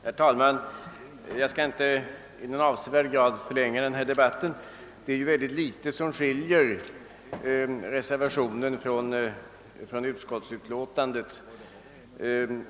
Herr talman! Jag skall inte i någon avsevärd grad förlänga denna debatt, eftersom det är mycket litet som skiljer reservationen från utskottsmajoritetens utlåtande.